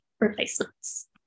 replacements